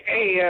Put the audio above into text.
Hey